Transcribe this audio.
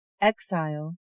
exile